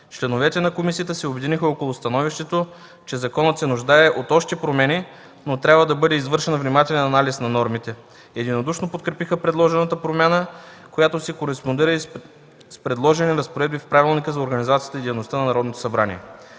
Членовете на комисията се обединиха около становището, че законът се нуждае от още промени, но трябва да бъде извършен внимателен анализ на нормите, единодушно подкрепиха предложената промяна, която си кореспондира с предложените разпоредби в Правилника за